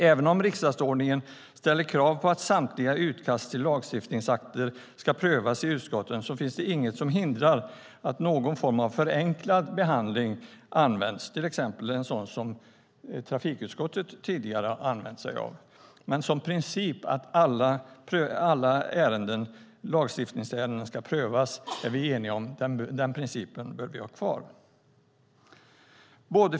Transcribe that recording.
Även om riksdagsordningen ställer krav på att samtliga utkast till lagstiftningsakter ska prövas i utskotten finns det inget som hindrar att någon form av förenklad behandling används, till exempel en sådan som trafikutskottet tidigare använt sig av. Men vi är eniga om att vi bör ha kvar principen att alla lagstiftningsärenden ska prövas.